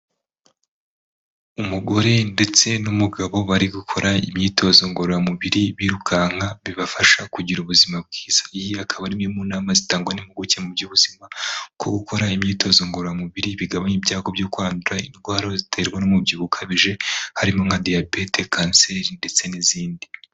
Umugore ndetse n'umugabo bari gukora imyitozo ngororamubiri birukanka bibafasha kugira ubuzima bwiza, iyi akaba ari imwe mu nama zitangwa n'impuguke mu by'ubuzima ko gukora imyitozo ngororamubiri bigabanya ibyago byo kwandura indwara ziterwa n'umubyibuho ukabije harimo nka diyaabete, kanseri ndetse n'izindi.